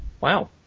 Wow